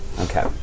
Okay